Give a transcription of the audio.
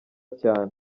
cyane